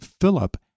Philip